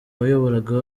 wayoboraga